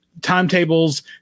timetables